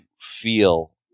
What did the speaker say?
feel